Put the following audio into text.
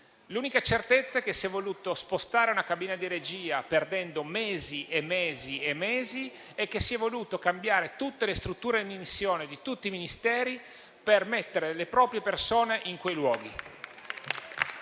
L'unica certezza è che si è voluto spostare una cabina di regia, perdendo molti mesi, e che si è voluto cambiare tutte le strutture di missione di tutti i Ministeri per mettere le proprie persone in quei luoghi.